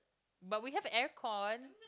but we have aircon